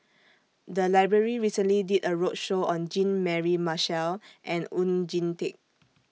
The Library recently did A roadshow on Jean Mary Marshall and Oon Jin Teik